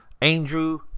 Andrew